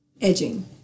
edging